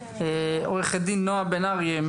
עו"ד נועה בן אריה,